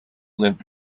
lived